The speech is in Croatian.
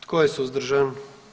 Tko je suzdržan?